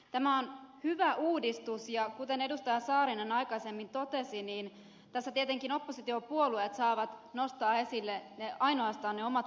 tämä on hyvä uudistus ja kuten edustaja saarinen aikaisemmin totesi tässä tietenkin oppositiopuolueet saavat nostaa esille ainoastaan ne omat vaihtoehtonsa